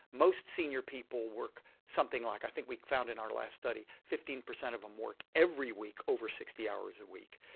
most senior people work something like i think we found in our last study fifteen percent of them work every week over sixty hours a week.